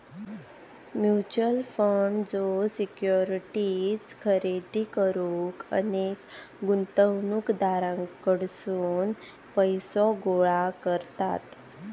mutual fund ज्यो securities खरेदी करुक अनेक गुंतवणूकदारांकडसून पैसो गोळा करता